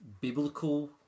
Biblical